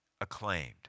acclaimed